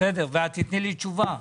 את תתני לי תשובה?